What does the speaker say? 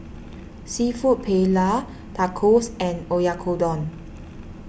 Seafood Paella Tacos and Oyakodon